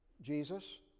Jesus